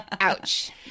Ouch